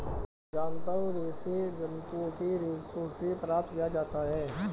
जांतव रेशे जंतुओं के रेशों से प्राप्त किया जाता है